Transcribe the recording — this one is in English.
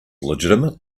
legitimate